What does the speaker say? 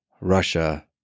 Russia